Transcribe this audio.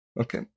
Okay